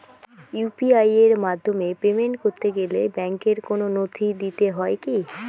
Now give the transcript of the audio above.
UPI এর মাধ্যমে payment করতে গেলে ব্যাংকের কোন নথি দিতে হয় কি?